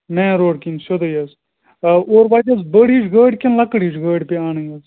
main road کِنۍ سیٚودُے حظ اور وَاتہٕ حظ بٔڈ ہِش گٲڑۍ کِنہٕ لۅکٕٹۍ ہِش گٲڑۍ پیٚیہِ اَنٕنۍ حظ